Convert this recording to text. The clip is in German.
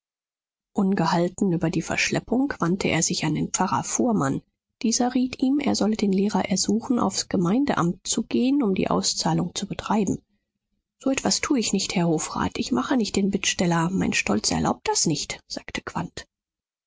ungehalten über die verschleppung wandte er sich an den pfarrer fuhrmann dieser riet ihm er solle den lehrer ersuchen aufs gemeindeamt zu gehen um die auszahlung zu betreiben so etwas tu ich nicht herr hofrat ich mache nicht den bittsteller mein stolz erlaubt das nicht sagte